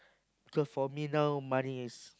because for me now money is